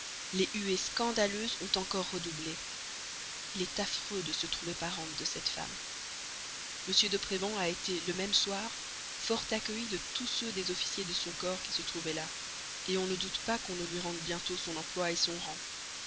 les huées scandaleuses ont encore redoublé il est affreux de se trouver parente de cette femme m de prévan a été le même soir fort accueilli de tous ceux des officiers de son corps qui se trouvaient là on ne doute pas qu'on ne lui rende bientôt son emploi son rang